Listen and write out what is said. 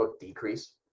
decrease